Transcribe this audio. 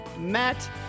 Matt